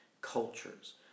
cultures